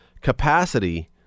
capacity